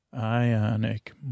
Ionic